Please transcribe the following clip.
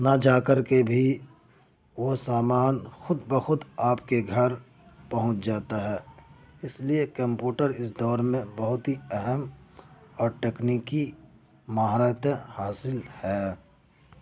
نہ جا کر کے بھی وہ سامان خود بخود آپ کے گھر پہنچ جاتا ہے اس لیے کمپوٹر اس دور میں بہت ہی اہم اور تکنیکی مہارتیں حاصل ہے